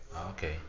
Okay